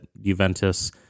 Juventus